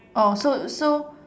oh so so